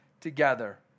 together